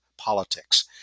politics